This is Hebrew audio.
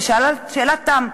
ושאלת שאלת תם: